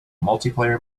multiplayer